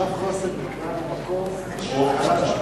מושב חוסן נקרא במקור נחלת-שלמה,